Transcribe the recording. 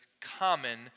common